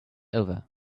over